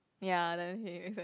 ya